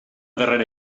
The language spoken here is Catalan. darrera